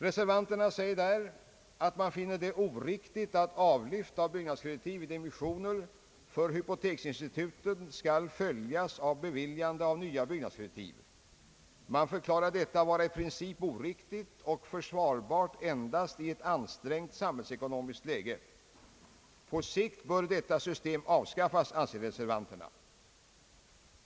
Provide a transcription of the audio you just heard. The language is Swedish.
Reservanterna säger där, att man finner det oriktigt att avlyft av byggnadskreditiv vid emissioner för hypoteksinstituten skall följas av beviljande av nya byggnadskreditiv. Man förklarar detta vara i princip oriktigt och försvarbart endast i ett ansträngt samhällsekonomiskt läge. På sikt bör detta system avskaffas, anser reservanterna.